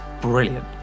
brilliant